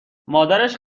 مادرش